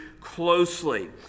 closely